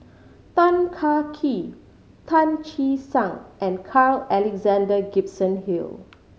Tan Kah Kee Tan Che Sang and Carl Alexander Gibson Hill